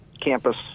campus